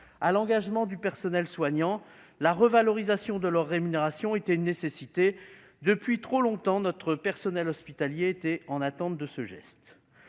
à l'engagement du personnel soignant. La revalorisation de leur rémunération était une nécessité. Depuis trop longtemps notre personnel hospitalier était en attente de ce geste.